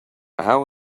how